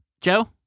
Joe